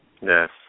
Yes